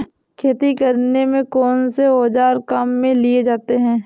खेती करने में कौनसे औज़ार काम में लिए जाते हैं?